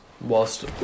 whilst